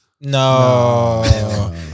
No